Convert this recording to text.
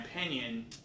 opinion